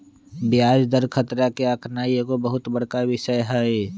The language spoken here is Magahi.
ब्याज दर खतरा के आकनाइ एगो बहुत बड़का विषय हइ